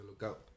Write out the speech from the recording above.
lookout